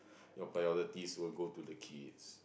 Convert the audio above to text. your priorities will go to the kids